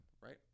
right